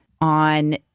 on